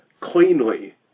cleanly